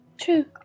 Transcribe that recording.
True